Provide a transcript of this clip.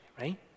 right